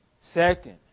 Second